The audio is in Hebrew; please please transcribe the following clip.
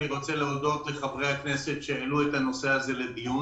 אני רוצה להודות לחברי הכנסת שהעלו את הנושא הזה לדיון.